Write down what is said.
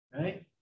Right